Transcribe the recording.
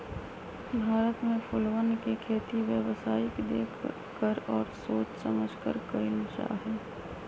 भारत में फूलवन के खेती व्यावसायिक देख कर और सोच समझकर कइल जाहई